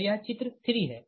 तो यह चित्र 3 है